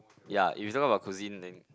ya if you talking about cuisine then